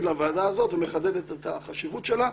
לוועדה הזאת ומחדדת את החשיבות שלה.